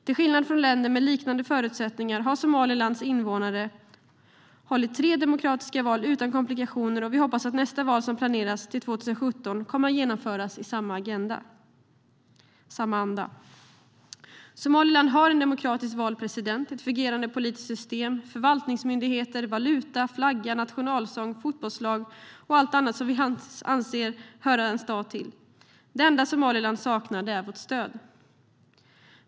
Till skillnad från länder med liknande förutsättningar har Somalilands invånare hållit tre demokratiska val utan komplikationer, och vi hoppas att nästa val som planeras till 2017 kommer att genomföras i samma anda. Somaliland har en demokratiskt vald president, ett fungerande politiskt system, förvaltningsmyndigheter, valuta, flagga, nationalsång, fotbollslag och allt annat som vi anser hör en stat till. Det enda Somaliland saknar är vårt stöd.